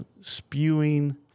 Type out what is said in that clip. spewing